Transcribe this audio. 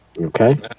Okay